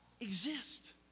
exist